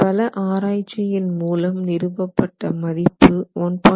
பல ஆராய்ச்சியின் மூலம் நிறுவப்பட்ட மதிப்பு 1